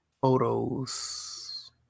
Photos